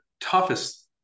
toughest